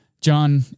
John